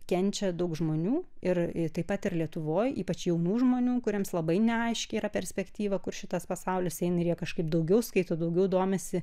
kenčia daug žmonių ir taip pat ir lietuvoj ypač jaunų žmonių kuriems labai neaiški yra perspektyva kur šitas pasaulis eina ir jie kažkaip daugiau skaito daugiau domisi